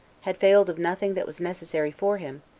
had failed of nothing that was necessary for him,